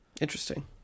Interesting